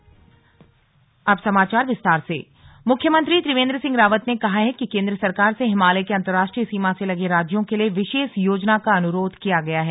HIM संवाद मुख्यमंत्री त्रिवेंद्र सिंह रावत ने कहा है कि केंद्र सरकार से हिमालय के अंतरराष्ट्रीय सीमा से लगे राज्यों के लिए विशेष योजना का अनुरोध किया गया है